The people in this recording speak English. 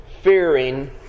fearing